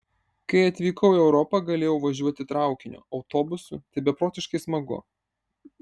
kai atvykau į europą galėjau važiuoti traukiniu autobusu tai beprotiškai smagu